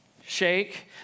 shake